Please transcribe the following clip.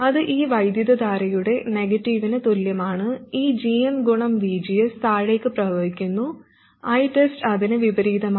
അത് ഈ വൈദ്യുതധാരയുടെ നെഗറ്റീവിന് തുല്യമാണ് ഈ gm ഗുണം VGS താഴേക്ക് പ്രവഹിക്കുന്നു ITEST അതിന് വിപരീതമാണ്